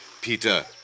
Peter